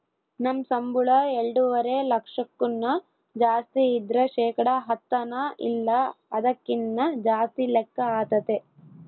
ನಮ್ ಸಂಬುಳ ಎಲ್ಡುವರೆ ಲಕ್ಷಕ್ಕುನ್ನ ಜಾಸ್ತಿ ಇದ್ರ ಶೇಕಡ ಹತ್ತನ ಇಲ್ಲ ಅದಕ್ಕಿನ್ನ ಜಾಸ್ತಿ ಲೆಕ್ಕ ಆತತೆ